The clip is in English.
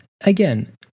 again